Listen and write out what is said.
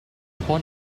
upon